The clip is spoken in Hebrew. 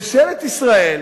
ממשלת ישראל,